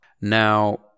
Now